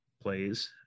plays